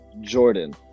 Jordan